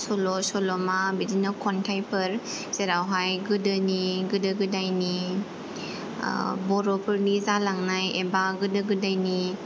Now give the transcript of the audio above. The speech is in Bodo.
सल' सल'मा बिदिनो खन्थाइफोर जेरावहाय गोदोनि गोदो गोदायनि ओ बर'फोरनि जालांनाय एबा गोदो गोदायनि